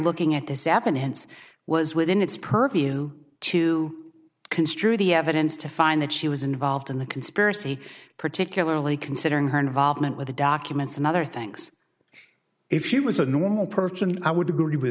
looking at this evidence was within its purview to construe the evidence to find that she was involved in the conspiracy particularly considering her involvement with the documents and other thanks if she was a normal person i would agree with